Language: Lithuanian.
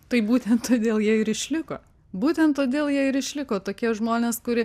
taip būtent todėl jie ir išliko būtent todėl jie ir išliko tokie žmonės kuri